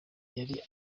yari